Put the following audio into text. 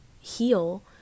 heal